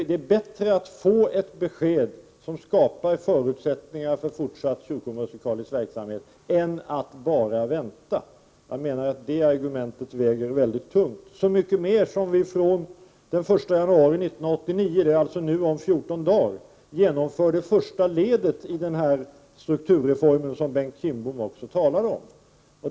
Det är bättre att få ett besked som skapar förutsättningar för en fortsatt kyrkomusikalisk verksamhet än att bara vänta, och jag menar att det argumentet väger mycket tungt. Prot. 1988/89:46 Detta gäller så mycket mer som vi från den 1 januari 1989 — om 14 dagar 15 december 1988 genomför det första ledet i den strukturreform som Bengt Kindbom också. Tro 4 talar om.